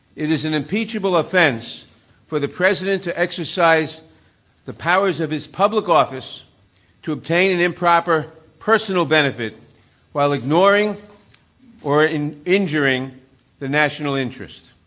it is an impeachable offense for the president to exercise the powers of his public office to obtain an improper personal benefit while ignoring or injuring the national interest.